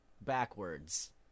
backwards